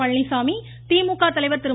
பழனிச்சாமி திமுக தலைவர் திரு